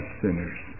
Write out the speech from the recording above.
sinners